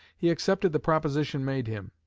he accepted the proposition made him.